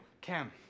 Cam